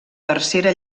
tercera